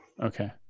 Okay